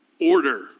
order